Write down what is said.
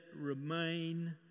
remain